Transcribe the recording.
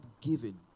given